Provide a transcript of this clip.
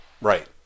right